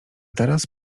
teraz